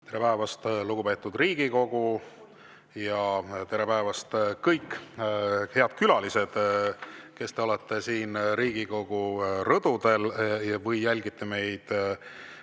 Tere päevast, lugupeetud Riigikogu! Tere päevast, kõik head külalised, kes te olete siin Riigikogu rõdudel või jälgite meid